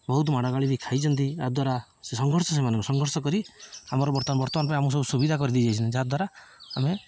ବହୁତ ମାଡ଼ଗାଳି ବି ଖାଇଛନ୍ତି ଏହା ଦ୍ୱାରା ସେ ସଂଘର୍ଷ ସେମାନେ ସଂଘର୍ଷ କରି ଆମର ବର୍ତ୍ତମାନ ବର୍ତ୍ତମାନ ପାଇଁ ଆମକୁ ସବୁ ସୁବିଧା କରିଦେଇଯାଇଛନ୍ତି ଯାହାଦ୍ୱାରା ଆମେ